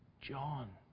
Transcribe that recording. John